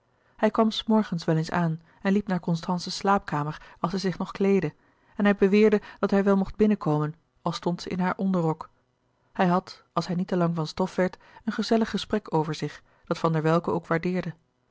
hij kwam s morgens wel eens aan en liep naar constance's slaapkamer als zij zich nog kleedde en hij beweerde dat hij wel mocht binnenkomen al stond zij in haar onderrok hij had als hij niet te lang van stof werd een gezellig gesprek over zich dat van der welcke ook